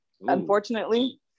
Unfortunately